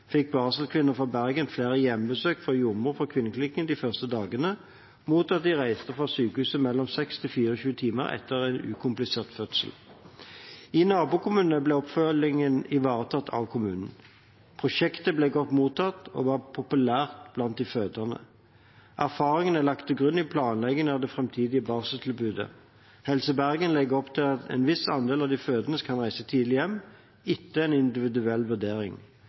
fikk barselkvinner fra Bergen flere hjemmebesøk av jordmor fra Kvinneklinikken de første dagene, mot at de reiste fra sykehuset mellom 6 og 24 timer etter en ukomplisert fødsel. I nabokommunene ble oppfølgingen ivaretatt av kommunen. Prosjektet ble godt mottatt og var populært blant de fødende. Erfaringen er lagt til grunn i planleggingen av det framtidige barseltilbudet. Helse Bergen legger opp til at en viss andel av de fødende skal reise tidlig hjem etter en individuell vurdering.